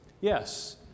Yes